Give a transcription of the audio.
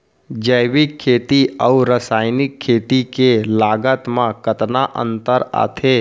जैविक खेती अऊ रसायनिक खेती के लागत मा कतना अंतर आथे?